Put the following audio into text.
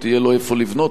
אבל להרבה אחרים,